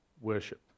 worship